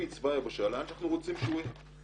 את צבא היבשה לאן שאנחנו רוצים שהוא יגיע.